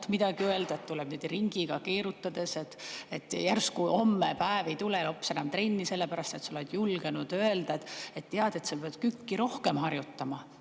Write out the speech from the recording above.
ausalt öelda, tuleb öelda ringiga, keerutades. Järsku hommepäev ei tule laps enam trenni, sellepärast et sa oled julgenud öelda, et tead, sa pead kükki rohkem harjutama,